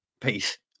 peace